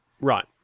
Right